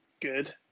good